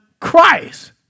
Christ